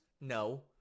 No